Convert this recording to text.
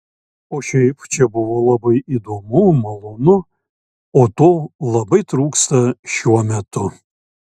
o šiaip čia buvo labai įdomu malonu o to labai trūksta šiuo metu